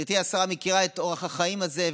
גברתי השרה מכירה את אורח החיים הזה,